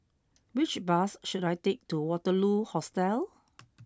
which bus should I take to Waterloo Hostel